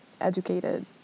educated